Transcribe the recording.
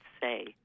say